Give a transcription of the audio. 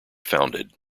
founded